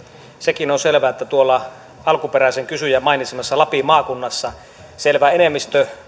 sekin on selvää että tuolla alkuperäisen kysyjän mainitsemassa lapin maakunnassa selvä enemmistö